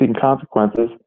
consequences